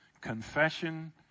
confession